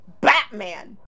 Batman